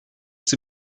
sie